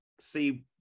see